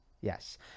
Yes